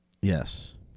Yes